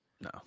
No